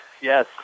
yes